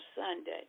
Sunday